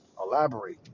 Elaborate